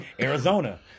Arizona